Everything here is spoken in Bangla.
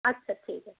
আচ্ছা ঠিক আছে